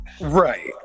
Right